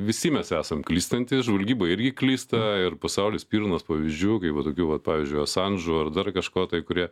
visi mes esam klystantys žvalgyba irgi klysta ir pasaulis pilnas pavyzdžių kai va tokių vat pavyzdžiui asanžų ar dar kažko tai kurie